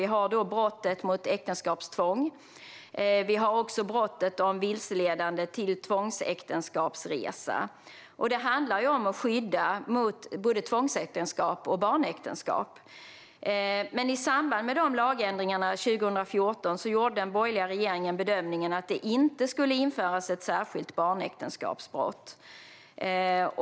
Vi har brottet äktenskapstvång, och vi har brottet vilseledande till tvångsäktenskapsresa. Det handlar om att skydda mot både tvångsäktenskap och barnäktenskap. I samband med lagändringarna 2014 gjorde dock den borgerliga regeringen bedömningen att det inte skulle införas ett särskilt barnäktenskapsbrott.